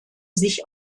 sich